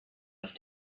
auf